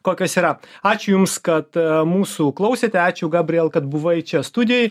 kokios yra ačiū jums kad mūsų klausėte ačiū gabriel kad buvai čia studijoj